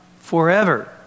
forever